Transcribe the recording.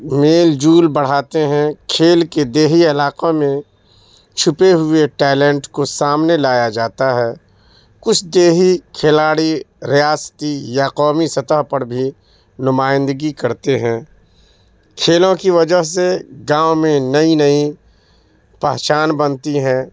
میل جول بڑھاتے ہیں کھیل کے دیہی علاقوں میں چھپے ہوئے ٹیلنٹ کو سامنے لایا جاتا ہے کچھ دیہی کھلاڑی ریاستی یا قومی سطح پر بھی نمائندگی کرتے ہیں کھیلوں کی وجہ سے گاؤں میں نئی نئی پہچان بنتی ہیں